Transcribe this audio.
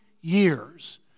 years